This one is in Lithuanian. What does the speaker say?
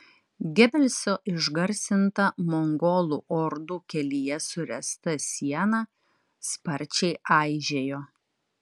gebelso išgarsinta mongolų ordų kelyje suręsta siena sparčiai aižėjo